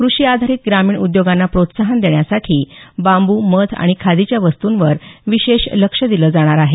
कृषी आधारित ग्रामीण उद्योगांना प्रोत्साहन देण्यासाठी बांबू मध आणि खादीच्या वस्तूंवर विशेष लक्ष दिलं जाणार आहे